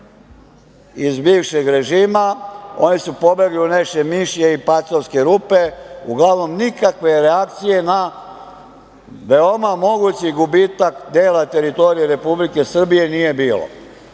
iz bivšeg režima su pobeli u nečije mišje i pacovske u rupe. Uglavnom, nikakve reakcije na veoma mogući gubitak dela teritorije Republike Srbije nije bilo.